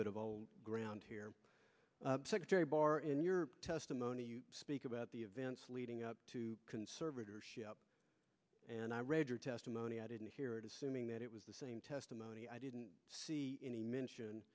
bit of old ground here secretary bar in your testimony you speak about the events leading up to conservatorship and i read your testimony i didn't hear it assuming that it was the same testimony i didn't see any mention